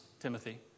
Timothy